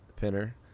Pinner